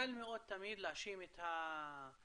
קל מאוד תמיד להאשים את הממשלה,